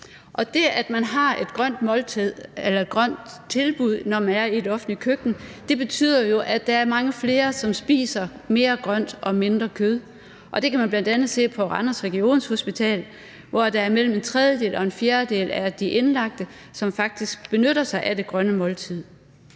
Og det, at man har et grønt måltid eller et grønt tilbud, når man er i et offentligt køkken, betyder jo, at der er mange flere, der spiser mere grønt og mindre kød. Det kan man bl.a. se på Regionshospitalet Randers, hvor det er mellem en tredjedel og en fjerdedel af de indlagte, som faktisk benytter sig af det grønne måltid.